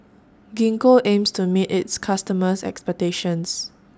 Gingko aims to meet its customers' expectations